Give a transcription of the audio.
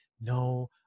no